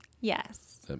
Yes